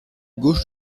gauche